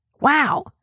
Wow